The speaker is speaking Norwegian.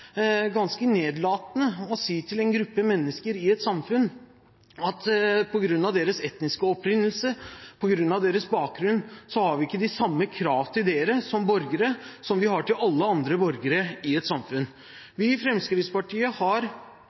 ganske nedlatende å si til en gruppe mennesker i et samfunn at på grunn av deres etniske opprinnelse og deres bakgrunn har vi ikke de samme kravene til dem som borgere som vi har til alle andre borgere i et samfunn. Vi i Fremskrittspartiet har